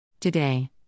Today